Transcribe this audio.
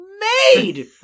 Made